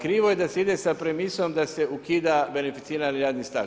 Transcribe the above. Krivo je da se ide sa premisom da se ukida beneficirani radni staž.